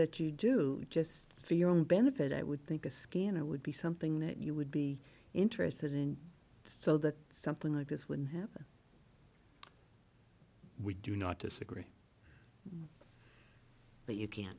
that you do just for your own benefit i would think a scanner would be something that you would be interested in so that something like this would happen we do not disagree that you can